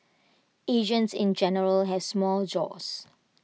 Asians in general has small jaws